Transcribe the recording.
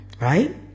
right